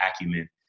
acumen